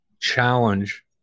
challenge